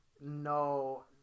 No